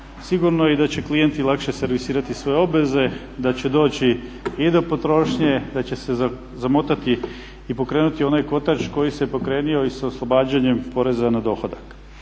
sigurno da će klijenti lakše servisirati sve obveze, da će doći i do potrošnje, da će se zamotati i pokrenuti onaj kotač koji se pokrenuo i sa oslobađanjem poreza na dohodak.